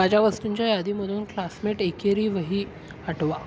माझ्या वस्तूंच्या यादीमधून क्लासमेट एकेरी वही हटवा